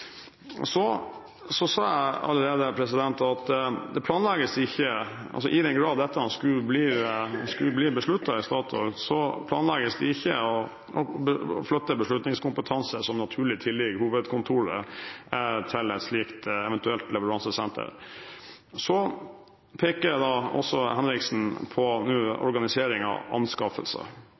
Jeg har allerede sagt at hvis dette skulle bli besluttet i Statoil, planlegges det ikke å flytte beslutningskompetanse som naturlig tilligger hovedkontoret, til et slikt eventuelt leveransesenter. Henriksen peker også på organisering av